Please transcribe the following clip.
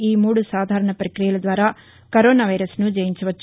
ఈ మూడు సాధారణ పక్రియల ద్వారా కరోనా వైరస్ను జయించవచ్చు